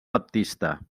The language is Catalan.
baptista